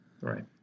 Right